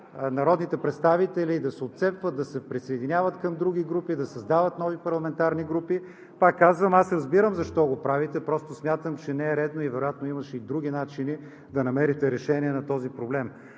народните представители да се отцепват, да се присъединяват към други групи, да създават нови парламентарни групи. Пак казвам, аз разбирам защо го правите, просто смятам, че не е редно и вероятно имаше и други начини да намерите решение на този проблем.